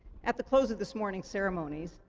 at the close of this morning's ceremonies,